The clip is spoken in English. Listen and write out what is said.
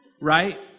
Right